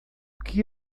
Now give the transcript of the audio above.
que